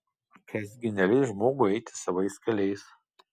kas gi neleis žmogui eiti savais keliais